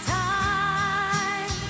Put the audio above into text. time